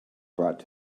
brought